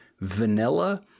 vanilla